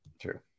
True